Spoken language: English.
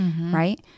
right